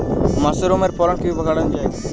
মাসরুমের ফলন কিভাবে বাড়ানো যায়?